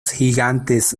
gigantes